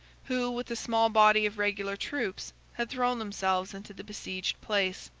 who, with a small body of regular troops, had thrown themselves into the besieged place.